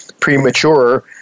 premature